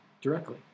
directly